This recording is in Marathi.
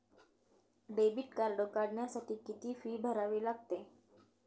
डेबिट कार्ड काढण्यासाठी किती फी भरावी लागते?